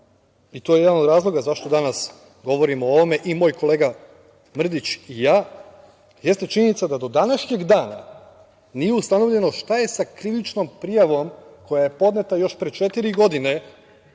i to je jedan od razloga zašto danas govorimo o ovome i moj kolega Mrdić i ja, jeste činjenica da do današnjeg dana nije ustanovljeno šta je sa krivičnom prijavom koja je podneta još pre četiri godine